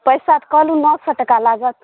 पैसा तऽ कहलहुँ नओ सए टाका लागत